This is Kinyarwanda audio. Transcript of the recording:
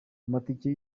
amatike